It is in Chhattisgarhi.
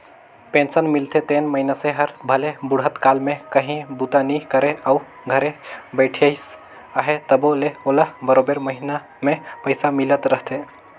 पेंसन मिलथे तेन मइनसे हर भले बुढ़त काल में काहीं बूता नी करे अउ घरे बइठिस अहे तबो ले ओला बरोबेर महिना में पइसा मिलत रहथे